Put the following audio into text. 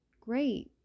great